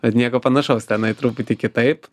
bet nieko panašaus tenai truputį kitaip